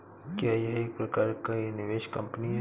क्या यह एक प्रकार की निवेश कंपनी है?